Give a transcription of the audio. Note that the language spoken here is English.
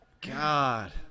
God